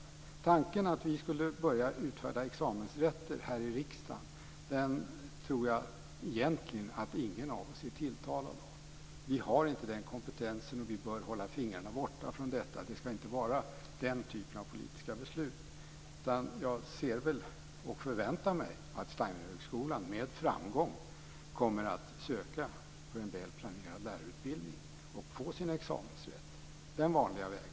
Tanken att vi skulle börja utfärda examensrätter här i riksdagen tror jag egentligen inte att någon av oss är tilltalad av. Vi har inte den kompetensen, och vi bör hålla fingrarna borta från detta. Det ska inte vara den typen av politiska beslut. Jag förväntar mig att Steinerhögskolan kommer att söka examensrätt för en väl planerad lärarutbildning och få den den vanliga vägen.